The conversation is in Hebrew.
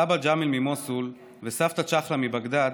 סבא ג'מיל ממוסול וסבתא צ'חלה מבגדד,